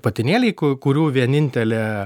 patinėliai kurių vienintelė